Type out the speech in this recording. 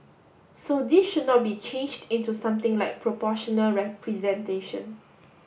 so this should not be changed into something like proportional representation